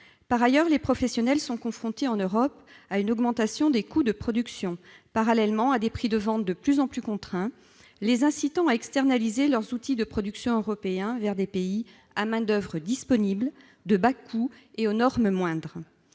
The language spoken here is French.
Par ailleurs, les professionnels sont confrontés, en Europe, à une augmentation des coûts de production, parallèlement à des prix de vente de plus en plus contraints, les incitant à externaliser leurs outils de production européens vers des pays à main-d'oeuvre disponible, de bas coût et aux normes moindres.